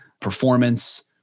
performance